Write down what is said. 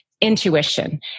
intuition